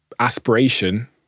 aspiration